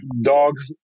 dogs